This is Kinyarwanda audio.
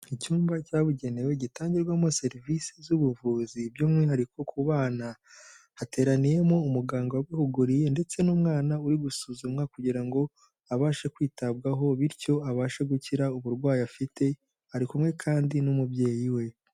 Icyumba cyabugenewe gitangirwamo serivisi z'ubuvuzi by'umwihariko ku bana, hateraniyemo umuganga wabihuguriwe ndetse n'umwana uri gusuzumwa kugira ngo abashe kwitabwaho bityo abashe gukira ubwo burwayi afite ari kumwe kandi n'umubyeyi we.